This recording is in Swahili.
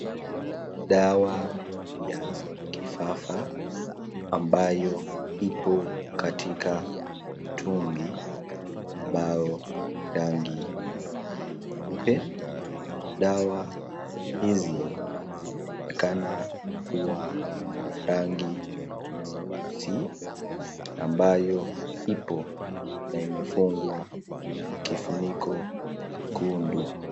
Dawa ya kifafa ambayo iko katika mtungi ambao rangi nyeupe. Dawa hizi zinaonekana kuwa ya rangi nyeusi ambayo ipo na imefungwa na kifuniko zekundu.